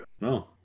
No